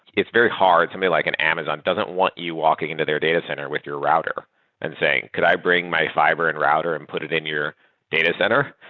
it's very hard, to me, like an amazon doesn't want you walking into their data center with your router and saying, could i bring my fi ber and router and put it in your data center?